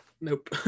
Nope